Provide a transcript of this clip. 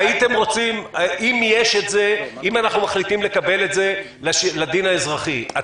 אם אנחנו מחליטים לקבל את זה לדין האזרחי,